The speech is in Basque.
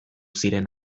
ziren